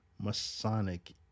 Masonic